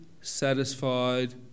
satisfied